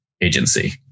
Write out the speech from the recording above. agency